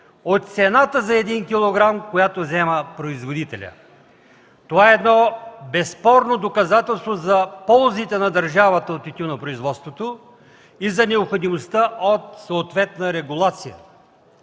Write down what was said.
от цената за 1 кг., която взима производителят. Това е едно безспорно доказателство за ползите на държавата от тютюнопроизводството и за необходимостта от съответна регулация.